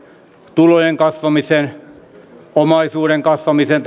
tulojen kasvamisen tai omaisuuden kasvamisen